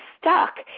stuck